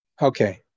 Okay